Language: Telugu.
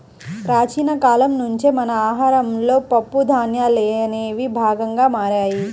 ప్రాచీన కాలం నుంచే మన ఆహారంలో పప్పు ధాన్యాలనేవి భాగంగా మారాయి